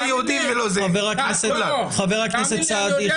חבר הכנסת סעדי,